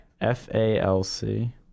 F-A-L-C